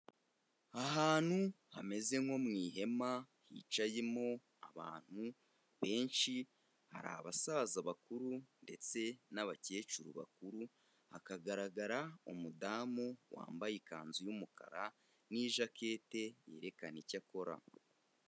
Ahantu hameze nko mu ihema, hicayemo abantu benshi, hari abasaza bakuru ndetse n'abakecuru bakuru, hakagaragara umudamu wambaye ikanzu y'umukara n'ijakete yerekana icyo akora.